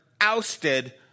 ousted